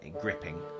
gripping